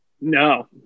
no